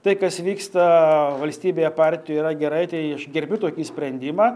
tai kas vyksta valstybėje partijoj yra gerai tai aš gerbiu tokį sprendimą